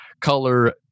color